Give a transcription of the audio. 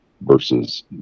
versus